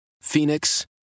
Phoenix